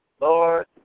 Lord